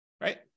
right